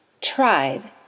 tried